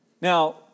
Now